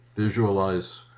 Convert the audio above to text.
Visualize